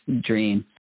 dream